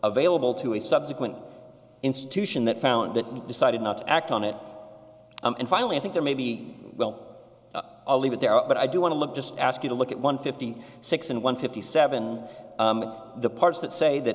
available to a subsequent institution that found that and decided not to act on it and finally i think there may be well leave it there but i do want to look just ask you to look at one fifty six and one fifty seven the parts that say that